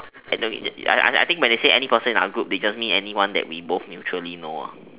I know I I I think when they say any person in our group they just mean anyone that we both mutually know ah